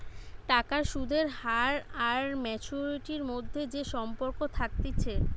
টাকার সুদের হার আর ম্যাচুয়ারিটির মধ্যে যে সম্পর্ক থাকতিছে